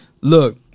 Look